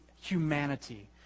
humanity